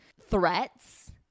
threats